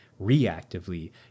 reactively